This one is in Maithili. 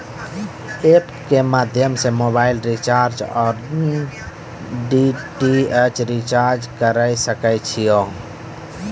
एप के माध्यम से मोबाइल रिचार्ज ओर डी.टी.एच रिचार्ज करऽ सके छी यो?